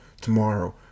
tomorrow